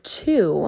two